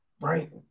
right